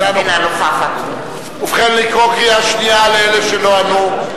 אינה נוכחת ובכן, לקרוא קריאה שנייה לאלה שלא ענו.